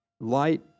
light